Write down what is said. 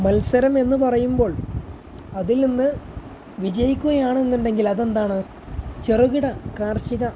മത്സരം എന്നു പറയുമ്പോൾ അതിൽ നിന്ന് വിജയിക്കുകയാണെന്നുണ്ടെങ്കിൽ അതെന്താണ് ചെറുകിട കാർഷിക